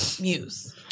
muse